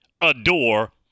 adore